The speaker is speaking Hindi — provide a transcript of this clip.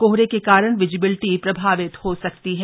कोहरे के कारण विजिबिलिटी प्रभावित हो सकती है